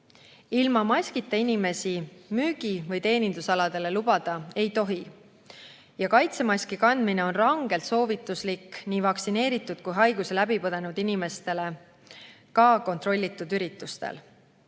Ilma maskita inimesi müügi‑ või teenindusaladele lubada ei tohi. Kaitsemaski kandmine on rangelt soovituslik nii vaktsineeritud kui haiguse läbi põdenud inimestele ka kontrollitud üritustel.